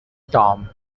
tom